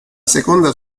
seconda